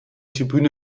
tribüne